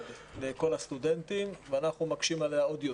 לכל הסטודנטים ואנחנו מקשים עליה עוד יותר.